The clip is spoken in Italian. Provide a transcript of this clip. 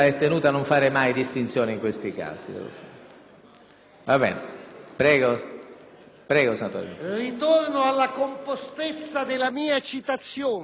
ritorno alla compostezza della mia citazione. Alla pagina 36